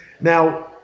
Now